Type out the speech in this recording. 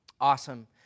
Awesome